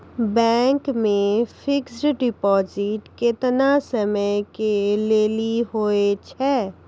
Bank मे fixed deposit केतना समय के लेली होय छै?